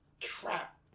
trap